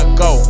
go